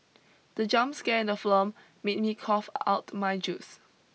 the jump scare in the film made me cough out my juice